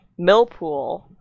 Millpool